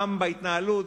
גם בהתנהלות,